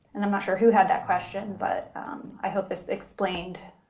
and i'm not sure who had that question, but i hope this explained